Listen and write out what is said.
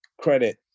credit